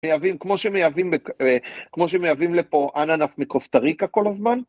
מייבאים, כמו שמייבאים, כמו שמייבאים לפה, אננס מקוסטה ריקה כל הזמן?